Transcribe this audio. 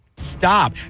stop